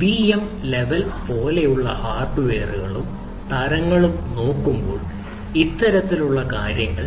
VM level തരങ്ങളും നോക്കുമ്പോൾ ഇത്തരത്തിലുള്ള കാര്യങ്ങൾ